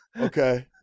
Okay